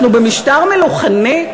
אנחנו במשטר מלוכני?